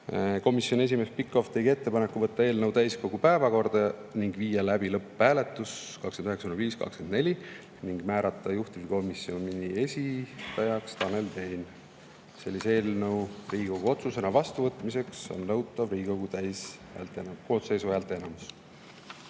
Komisjoni esimees Pikhof tegi ettepaneku võtta eelnõu täiskogu päevakorda ning viia läbi lõpphääletus 29. mail 2024 ning määrata juhtivkomisjoni esindajaks Tanel Tein. Selle eelnõu Riigikogu otsusena vastuvõtmiseks on nõutav Riigikogu koosseisu häälteenamus.